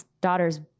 daughter's